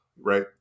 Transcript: right